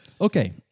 Okay